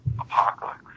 apocalypse